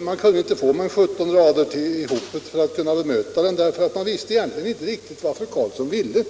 Man kunde inte få ihop mer än 17 rader, för man visste som sagt egentligen inte riktigt vad fru Karlsson ville.